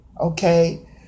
Okay